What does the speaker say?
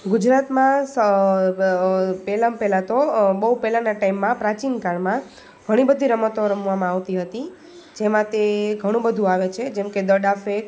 ગુજરાતમાં સર્વ પહેલાં મ પેહેલા તો બહુ પહેલાના ટાઇમમાં પ્રાચીન કાળમાં ઘણી બધી રમતો રમવામાં આવતી હતી જેમાં તે ઘણું બધું આવે છે જેમ કે દડા ફેંક